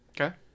Okay